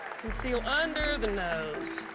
conceal under the nose.